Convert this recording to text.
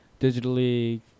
digitally